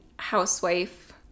housewife